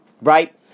right